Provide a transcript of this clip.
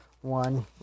one